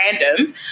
random